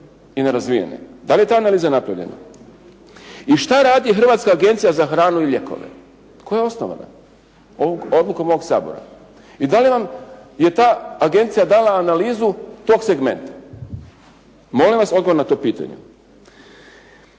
I ne razvijene. Da li je ta analiza napravljena? I šta radi Hrvatska agencija za hranu i lijekove? Tko ju se osnovao? Odlukom ovoga Sabora. I da li vam je ta agencija dala analizu tog segmenta? Molim vas odgovor na to pitanje.